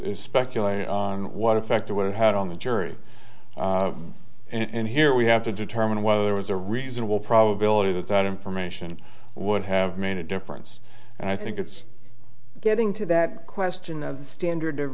is speculate on what effect it would have had on the jury and here we have to determine whether there was a reasonable probability that that information would have made a difference and i think it's getting to that question of the standard of